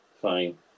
fine